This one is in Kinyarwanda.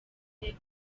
kugera